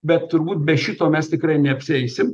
bet turbūt be šito mes tikrai neapsieisim